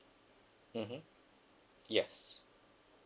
mmhmm yes